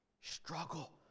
Struggle